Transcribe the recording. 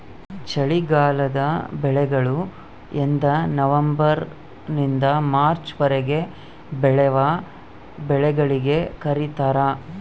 ಚಳಿಗಾಲದ ಬೆಳೆಗಳು ಎಂದನವಂಬರ್ ನಿಂದ ಮಾರ್ಚ್ ವರೆಗೆ ಬೆಳೆವ ಬೆಳೆಗಳಿಗೆ ಕರೀತಾರ